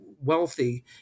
wealthy